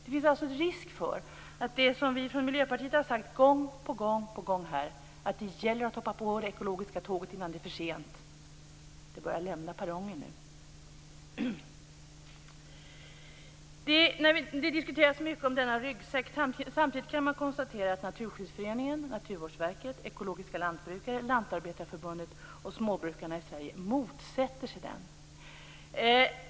Det finns alltså risk för att vi missar det som vi i Miljöpartiet har sagt gång på gång, nämligen att det gäller att hoppa på det ekologiska tåget innan det är för sent. Det börjar lämna perrongen nu. Det diskuteras mycket om denna ryggsäck. Samtidigt kan man konstatera att Naturskyddsföreningen, Naturvårdsverket, Ekologiska lantbrukarna, Lantarbetarförbundet och småbrukarna i Sverige motsätter sig den.